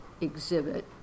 exhibit